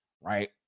right